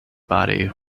body